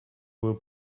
were